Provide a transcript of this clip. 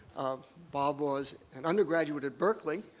bob was an undergraduate at berkeley,